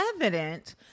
evident